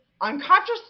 unconscious